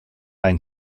ein